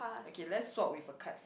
okay let's swap with a card